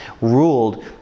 ruled